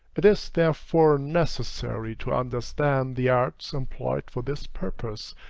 it is, therefore, necessary to understand the arts employed for this purpose,